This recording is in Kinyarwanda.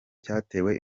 cyatewe